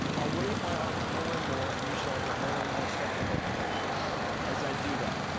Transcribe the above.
i'll wave my arms more and more and you should all get more and more skeptical as i do that.